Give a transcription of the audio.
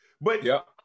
But-